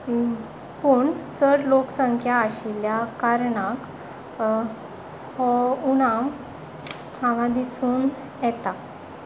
पूण चड लोकसंख्या आशिल्ल्या कारणाक हो उणाव हांगा दिसून येता